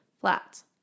Flats